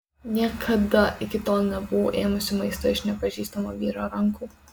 niekada iki tol nebuvau ėmusi maisto iš nepažįstamo vyro rankų